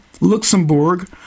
Luxembourg